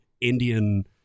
Indian